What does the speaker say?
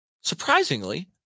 surprisingly